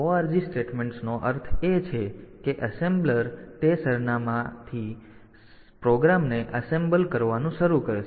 તેથી ORG સ્ટેટમેન્ટ્સનો અર્થ એ છે કે એસેમ્બલર તે સરનામાથી પ્રોગ્રામને એસેમ્બલ કરવાનું શરૂ કરશે